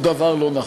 זה דבר לא נכון.